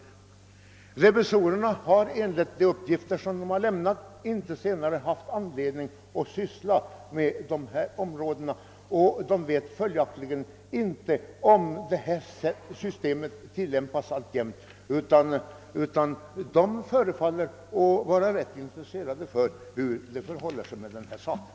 Enligt statsrevisorernas egna uppgifter har de inte haft anledning syssla med dessa saker mera och vet följaktligen inte om systemet alltjämt tillämpas, men det vill synas som om revisorerna var ganska intresserade av hur det förhåller sig med dessa saker.